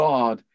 God